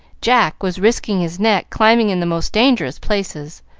jack was risking his neck climbing in the most dangerous places,